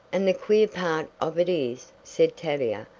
and the queer part of it is, said tavia,